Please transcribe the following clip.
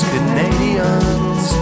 Canadians